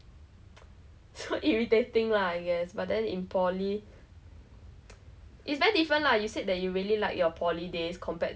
so of course every time I always like kei kei lah act like !wah! like 我不管这样子 I just act cool but actually in~ inside is like